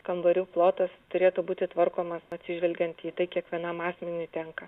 kambarių plotas turėtų būti tvarkomas atsižvelgiant į tai kiek vienam asmeniui tenka